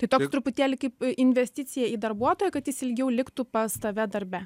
tai toks truputėlį kaip investicija į darbuotoją kad jis ilgiau liktų pas tave darbe